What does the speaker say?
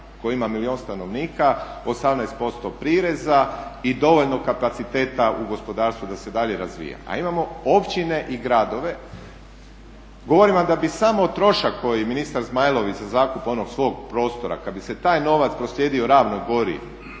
koji ima milijun stanovnika, 18% prireza i dovoljno kapaciteta u gospodarstvu da se i dalje razvija, a imamo općine i gradove, govorim vam da bi samo trošak koji ministar Zmajlović za zakup onog svog prostora kada bi se taj novac proslijedio Ravnoj Gori